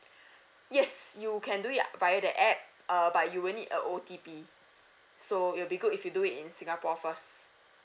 yes you can do it via the app err but you will need O_T_P so it'll be good if you do it in singapore first